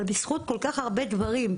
ובזכות כל כך הרבה דברים,